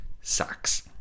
sucks